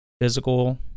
physical